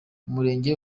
umurenge